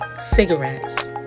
cigarettes